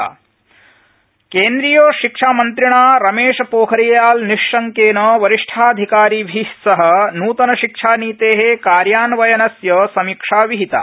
निश्शंक नवीन शिक्षा नीति केन्द्रियशिक्षामन्त्रिणा रमेशपोखरियालनिश्शंकेन वरिष्ठाधिकारिभि सह न्तन शिक्षा नीते कार्यान्वयनस्य समीक्षा विहिता